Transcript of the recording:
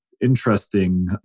interesting